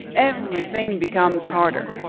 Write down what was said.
everything becomes harder.